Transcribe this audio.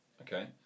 Okay